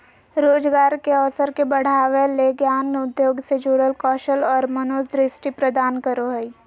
रोजगार के अवसर के बढ़ावय ले ज्ञान उद्योग से जुड़ल कौशल और मनोदृष्टि प्रदान करो हइ